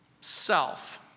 self